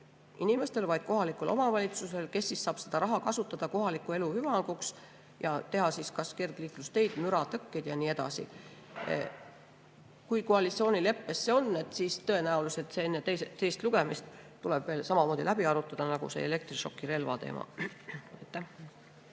inimestele, vaid kohalikule omavalitsusele, kes siis saab seda raha kasutada kohaliku elu hüvanguks ja teha siis kas kergliiklusteid, müratõkkeid ja nii edasi. Kui koalitsioonileppes see on, siis tõenäoliselt see enne teist lugemist tuleb samamoodi läbi arutada, nagu see elektrišokirelva teema.